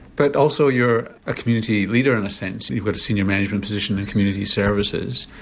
but also you're a community leader in a sense, you've got a senior management position in community services,